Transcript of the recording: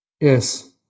yes